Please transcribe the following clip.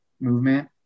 movement